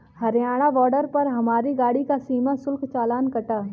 Haryana border पर हमारी गाड़ी का सीमा शुल्क चालान कटा